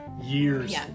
Years